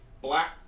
black